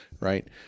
right